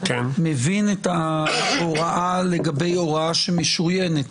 מבין את ההוראה לגבי הוראה משוריינת?